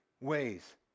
ways